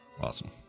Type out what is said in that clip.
awesome